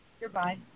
Goodbye